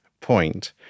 point